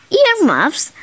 earmuffs